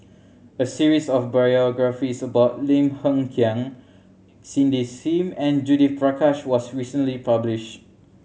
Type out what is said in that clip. a series of biographies about Lim Hng Kiang Cindy Sim and Judith Prakash was recently publish